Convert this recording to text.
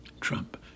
Trump